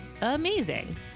amazing